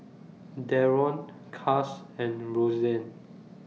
Daron Cas and Roseann